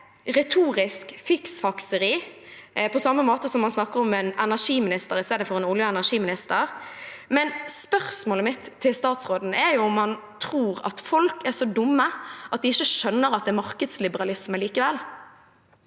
retorisk fiksfakseri – på samme måte som man snakker om en energiminister i stedet for en olje- og energiminister – men spørsmålet mitt til utenriksministeren er om han tror at folk er så dumme at de ikke skjønner at det er markedsliberalisme likevel?